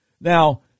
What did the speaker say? Now